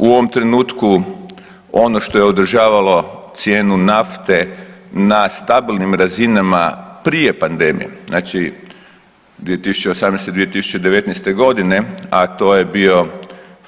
U ovom trenutku ono što je održavalo cijenu nafte na stabilnim razinama prije pandemije, znači 2018., 2019.g., a to je bilo